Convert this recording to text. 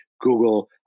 Google